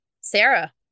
Sarah